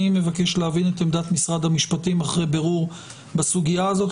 אני מבקש להבין את עמדת משרד המשפטים אחרי בירור בסוגיה הזאת.